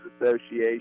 Association